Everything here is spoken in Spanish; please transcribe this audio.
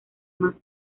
más